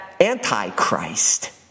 antichrist